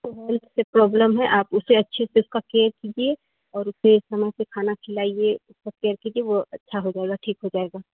पेट से प्रॉब्लम है आप उसे अच्छे से उसका केर कीजिए और उसे समय से खाना खिलाइए उसका केर कीजिए वो अच्छा हो जाएगा ठीक हो जाएगा